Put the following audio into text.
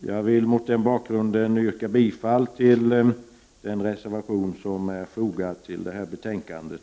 Jag vill mot den bakgrunden yrka bifall till den reservation som är fogad till betänkandet.